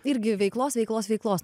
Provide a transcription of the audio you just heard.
irgi veiklos veiklos veiklos